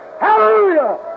Hallelujah